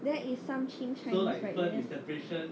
that is some chim chinese right there